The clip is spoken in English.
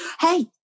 Hey